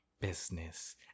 business